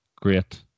great